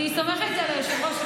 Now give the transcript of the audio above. אני סומכת על היושב-ראש,